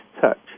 touch